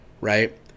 right